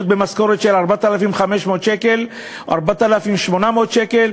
עם משכורת של 4,500 שקל או 4,800 שקל,